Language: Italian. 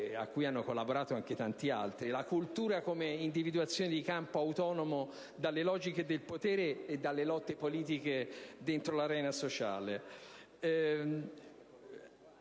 cui hanno collaborato anche tanti altri: la cultura come individuazione di un campo autonomo dalle logiche del potere e dalle lotte politiche dentro l'arena sociale.